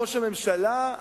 ראש הממשלה,